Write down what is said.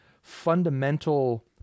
fundamental